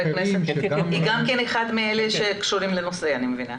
היא גם אחת מאלה שקשורים לנושא אני מבינה.